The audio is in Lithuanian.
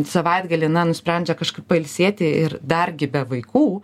savaitgalį na nusprendžia kažkur pailsėti ir dar gi be vaikų